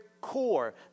core